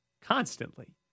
constantly